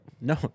No